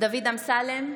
דוד אמסלם,